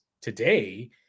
today